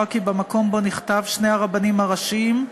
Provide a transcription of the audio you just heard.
כי במקום שבו נכתב "שני הרבנים הראשיים",